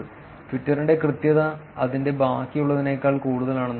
ട്വിറ്ററിന്റെ കൃത്യത അതിന്റെ ബാക്കിയുള്ളതിനേക്കാൾ കൂടുതലാണെന്ന് തോന്നുന്നു